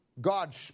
God